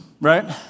right